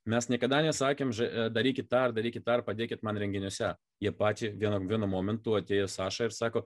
mes niekada nesakėme ž darykit tą ar darykit tą ar padėkit man renginiuose jį patį vien vienu momentu atėjo sašą ir sako